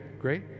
great